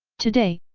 today,